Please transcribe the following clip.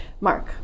Mark